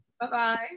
Bye-bye